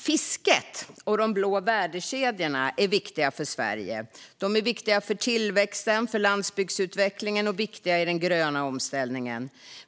Fisket och de blå värdekedjorna är viktiga för Sverige. De är viktiga för tillväxten och för landsbygdsutvecklingen och viktiga i den gröna omställningen.